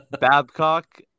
Babcock